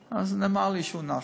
נאמר לי שהוא נח.